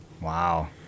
Wow